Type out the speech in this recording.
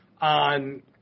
on